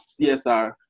CSR